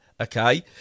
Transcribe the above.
Okay